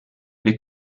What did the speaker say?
wir